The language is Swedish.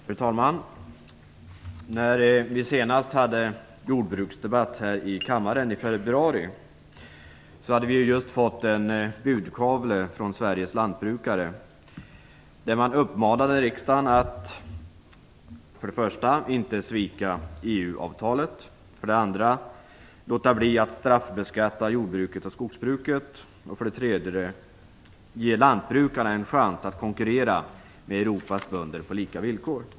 Fru talman! När vi senast hade en jordbruksdebatt här i kammaren, i februari, hade vi just fått en budkavle från Sveriges lantbrukare. Man uppmanade riksdagen att för det första inte svika EU-avtalet, för det andra att låta bli att straffbeskatta jordbruket och skogsbruket samt för det tredje ge lantbrukarna en chans att konkurrera med Europas bönder på lika villkor.